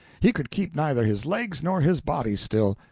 he could keep neither his legs nor his body still,